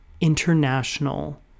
international